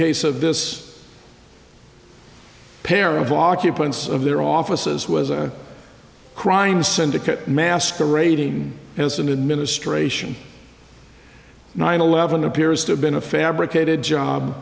case of this pair of occupants of their offices was a crime syndicate masquerading as and in ministration nine eleven appears to have been a fabricated job